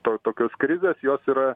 to tokios skrizės jos yra